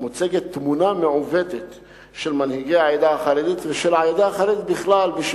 מוצגת תמונה מעוותת של מנהיגי העדה החרדית ושל העדה החרדית בכלל.